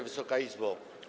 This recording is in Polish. Wysoka Izbo!